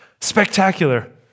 spectacular